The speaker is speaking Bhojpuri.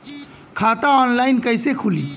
खाता ऑनलाइन कइसे खुली?